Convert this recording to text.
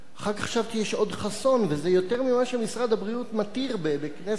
אחר כך חשבתי שיש עוד חסון וזה יותר ממה שמשרד הבריאות מתיר בכנסת אחת.